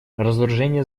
разоружение